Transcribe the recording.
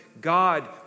God